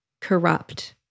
corrupt